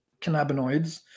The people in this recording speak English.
cannabinoids